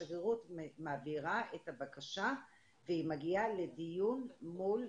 שגרירות מעבירה את הבקשה והיא מגיעה לדיון מול